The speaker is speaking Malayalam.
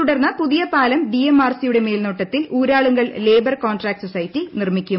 തുടർന്ന് പുതിയ പാലം ഡിഎംആർസിയുടെ മേൽനോട്ടത്തിൽ ഊരാളുങ്കൽ ലേബർ കോൺട്രാക്റ്റ് സൊസൈറ്റി നിർമിക്കും